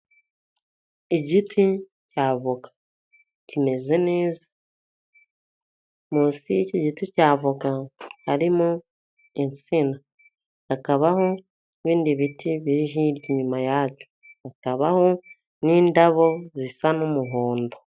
Igiti cy'avoka kimeze neza munsi y'iki giti cya avoka harimo insina, hakabaho n'ibindi biti biri hirya inyuma yacyo, hakabaho n'indabo zisa n'umuhondo.